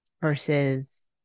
versus